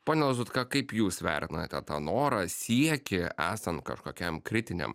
pone lazutka kaip jūs vertinate tą norą siekį esant kažkokiam kritiniam